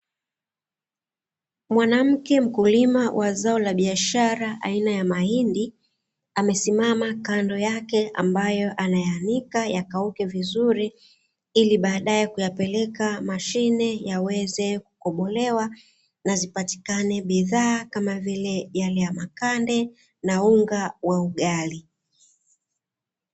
Mwanamke mkulima wa zao la biashara aina ya mahindi, amesimama kando yake ambayo anayaanika yakauke vizuri, ili baadae aweze kuyapeleka mashineni yaweze kukobolewa na zipatikane bidhaa kama makande na unga wa ugali.